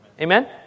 Amen